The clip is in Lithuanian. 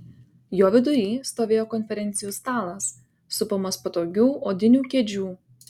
jo vidury stovėjo konferencijų stalas supamas patogių odinių kėdžių